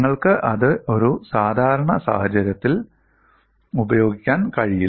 നിങ്ങൾക്ക് അത് ഒരു സാധാരണ സാഹചര്യത്തിൽ ഉപയോഗിക്കാൻ കഴിയില്ല